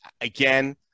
again